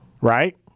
right